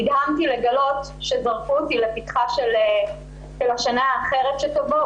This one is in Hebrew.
נדהמתי לגלות שזרקו אותי לפתחה של השנה האחרת שתבוא,